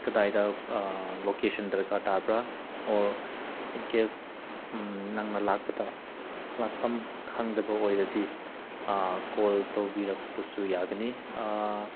ꯀꯗꯥꯏꯗ ꯂꯣꯀꯦꯁꯟ ꯗꯔꯀꯥꯔ ꯇꯥꯕ꯭ꯔꯥ ꯑꯣꯔ ꯏꯟ ꯀꯦꯁ ꯅꯪꯅ ꯂꯥꯛꯄꯗ ꯂꯥꯛꯐꯝ ꯈꯪꯗꯕ ꯑꯣꯏꯔꯗꯤ ꯀꯣꯜ ꯇꯧꯕꯤꯔꯛꯄꯁꯨ ꯌꯥꯒꯅꯤ